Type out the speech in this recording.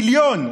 מיליון.